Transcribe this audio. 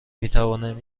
میتوانند